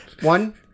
one